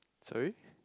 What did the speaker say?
sorry